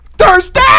THURSDAY